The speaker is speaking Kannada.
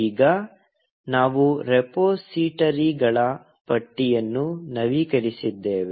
ಈಗ ನಾವು ರೆಪೊಸಿಟರಿಗಳ ಪಟ್ಟಿಯನ್ನು ನವೀಕರಿಸಿದ್ದೇವೆ